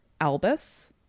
albus